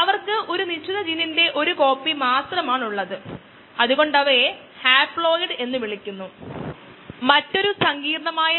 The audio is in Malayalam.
ഇപ്പോൾ ലോഗ് ഫേസ് മാത്രം പരിഗണിക്കാം